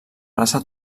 plaça